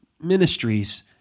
ministries